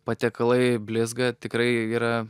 patiekalai blizga tikrai yra